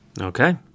Okay